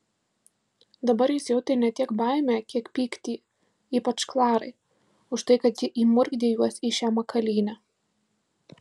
dabar jis jautė ne tiek baimę kiek pyktį ypač klarai už tai kad ji įmurkdė juos į šią makalynę